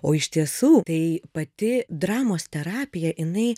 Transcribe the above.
o iš tiesų tai pati dramos terapija jinai